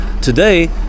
today